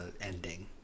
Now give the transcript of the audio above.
ending